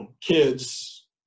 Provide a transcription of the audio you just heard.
kids